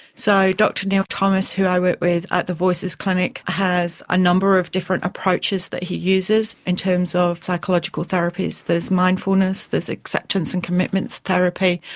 so dr neil thomas who i work with at the voices clinic has a number of different approaches that he uses in terms of psychological therapies. there's mindfulness, there's acceptance and commitment therapy,